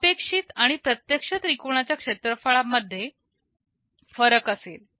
अपेक्षित आणि प्रत्यक्ष त्रिकोणाच्या क्षेत्रफळा मध्ये फरक असेल